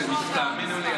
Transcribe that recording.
הממשלה.